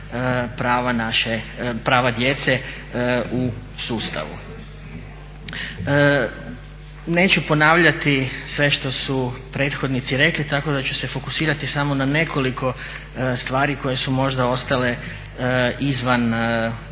prava djece u sustavu. Neću ponavljati sve što su prethodnici rekli, tako da ću se fokusirati samo na nekoliko stvari koje su možda ostale izvan, trenutačno